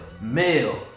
male